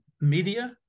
media